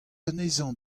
anezhañ